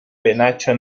penacho